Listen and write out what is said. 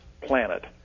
planet